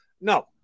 No